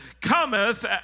cometh